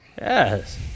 Yes